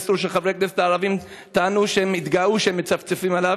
איסור שחברי הכנסת הערבים התגאו שהם מצפצפים עליו.